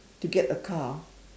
to get a car